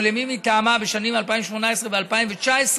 או למי מטעמה, בשנים 2018 ו-2019,